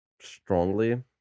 Strongly